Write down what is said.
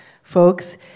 folks